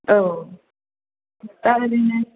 औ दा ओरैनो